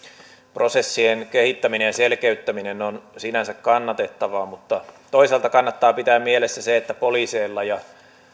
prosessien kehittäminen ja selkeyttäminen on sinänsä kannatettavaa mutta toisaalta kannattaa pitää mielessä se että poliiseilla ja